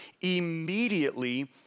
immediately